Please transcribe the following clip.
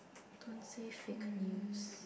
don't say fake news